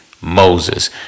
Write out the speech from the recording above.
Moses